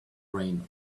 rain